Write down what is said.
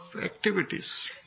activities